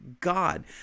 God